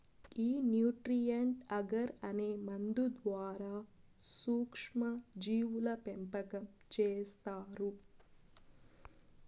ఈ nutrient agar అనే మందు ద్వారా సూక్ష్మ జీవుల పెంపకం చేస్తారు